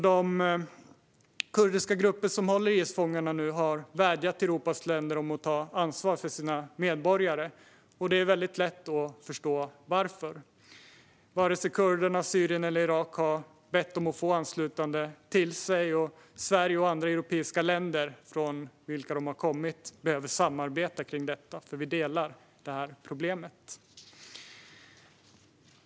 De kurdiska grupper som håller IS-fångarna har vädjat till Europas länder att ta ansvar för sina medborgare. Det är väldigt lätt att förstå varför. Varken kurderna, Syrien eller Irak har bett om att få anslutande till sig. Sverige och andra europeiska länder, varifrån de har kommit, behöver samarbeta kring detta, för vi delar problemet.